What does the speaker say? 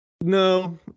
No